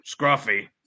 Scruffy